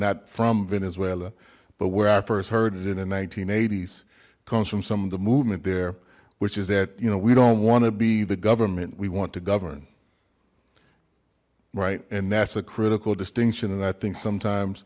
not from venezuela but where i first heard it in the s comes from some of the movement there which is that you know we don't want to be the government we want to govern right and that's a critical distinction and i think sometimes